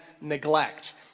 neglect